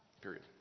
Period